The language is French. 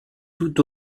tout